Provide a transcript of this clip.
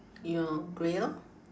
ya grey lor